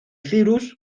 cyrus